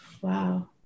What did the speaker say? wow